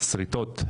שריטות,